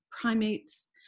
primates